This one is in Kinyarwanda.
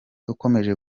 ukomeje